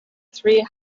three